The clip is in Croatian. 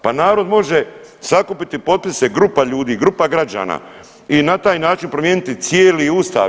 Pa narod može sakupiti potpise, grupa ljudi, grupa građana i na taj način promijeniti cijeli Ustav.